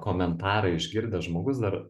komentarą išgirdęs žmogus dar